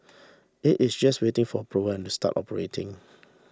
it is just waiting for approval to start operating